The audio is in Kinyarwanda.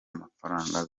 mafaranga